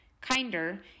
kinder